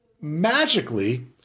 magically